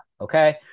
Okay